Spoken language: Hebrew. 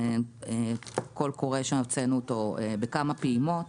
זה קול קורא שהוצאנו אותו בכמה פעימות,